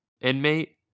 inmate